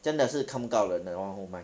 真的是看不到的 that one whole month